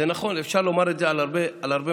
זה נכון, אפשר לומר את זה על הרבה מחלות,